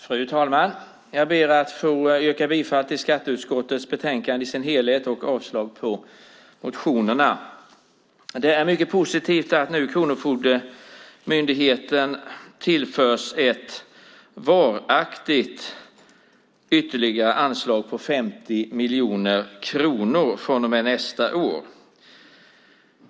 Fru talman! Jag ber att få yrka bifall till förslaget i skatteutskottets betänkande i dess helhet och avslag på motionerna. Det är mycket positivt att Kronofogdemyndigheten nu tillförs ett varaktigt ytterligare anslag på 50 miljoner kronor från och med nästa år.